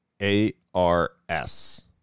A-R-S